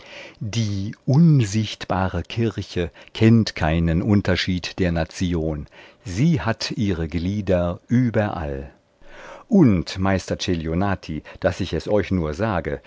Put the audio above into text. die unsichtbare kirche kennt keinen unterschied der nation sie hat ihre glieder überall und meister celionati daß ich es euch nur sage